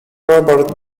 robert